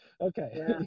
Okay